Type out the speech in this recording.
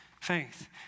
faith